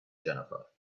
jennifer